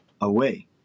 away